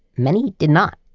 many did not.